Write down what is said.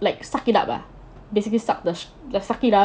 like suck it up ah basically start the just suck it up